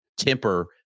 temper